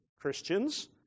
Christians